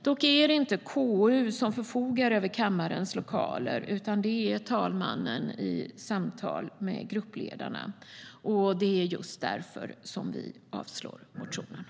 Dock är det inte KU som förfogar över kammarens lokaler, utan det är talmannen i samtal med gruppledarna. Det är just därför som vi yrkar avslag på motionen.